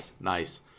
Nice